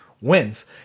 Wins